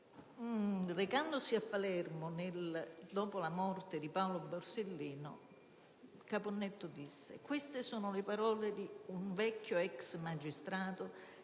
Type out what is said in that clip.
Recandosi a Palermo dopo la morte di Paolo Borsellino, Caponnetto disse: «Queste sono le parole di un vecchio ex magistrato che